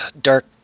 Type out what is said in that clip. dark